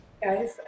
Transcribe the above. Guys